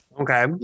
Okay